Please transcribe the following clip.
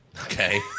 Okay